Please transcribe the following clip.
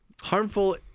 Harmful